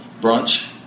brunch